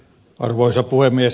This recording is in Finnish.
arvoisa puhemies